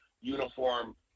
uniform